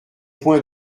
point